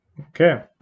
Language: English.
Okay